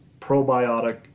probiotic